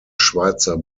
schweizer